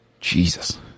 Jesus